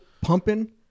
pumping